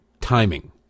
timing